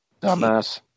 Dumbass